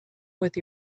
with